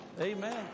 Amen